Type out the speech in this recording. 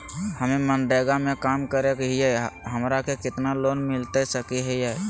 हमे मनरेगा में काम करे हियई, हमरा के कितना लोन मिलता सके हई?